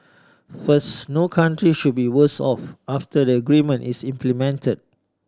first no country should be worse off after the agreement is implement